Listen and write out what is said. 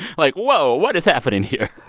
like whoa, what is happening here?